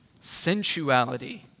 sensuality